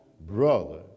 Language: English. brother